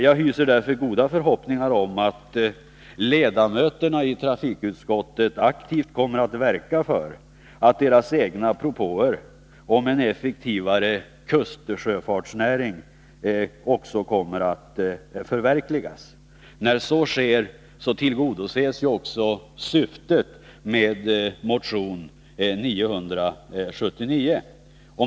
Jag hyser därför goda förhoppningar om att ledamöterna i trafikutskottet aktivt kommer att verka för att deras egna propåer om en effektivare kustsjöfartsnäring förverkligas. När så sker, tillgodoses också syftet med motion 979.